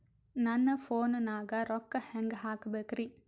ನನ್ನ ಫೋನ್ ನಾಗ ರೊಕ್ಕ ಹೆಂಗ ಹಾಕ ಬೇಕ್ರಿ?